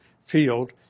field